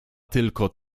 tylko